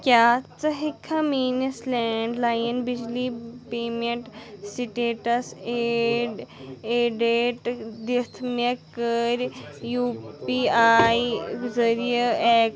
کیٛاہ ژٕ ہیٚکہِ کھا میٛٲنِس لینٛڈ لایِن بجلی پیٚمیٚنٛٹ سِٹیٹس دِتھ مےٚ کٔرۍ یوٗ پی آے ذریعہِ ایٚگ